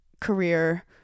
career